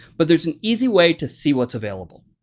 but there's an easy way to see what's available.